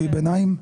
שהיא ביניים.